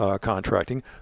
contracting